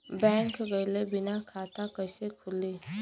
Bank गइले बिना खाता कईसे खुली?